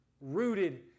rooted